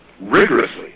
rigorously